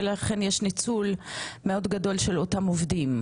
ולכן יש ניצול מאוד גדול של אותם עובדים.